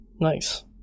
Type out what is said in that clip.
Nice